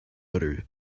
other